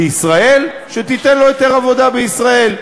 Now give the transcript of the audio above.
בישראל, שתיתן לו היתר עבודה בישראל.